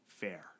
fair